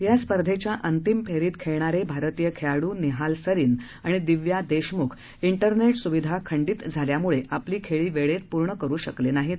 या स्पर्धेच्या अंतिम फेरीत खेळणारे भारतीय खेळाडू निहाल सरीन आणि दिव्या देशमुख विरनेट सुविधा खंडित झाल्यामुळे आपली खेळी वेळेत पूर्ण करू शकले नाहीत